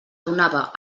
donava